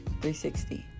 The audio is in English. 360